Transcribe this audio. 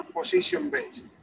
position-based